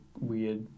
weird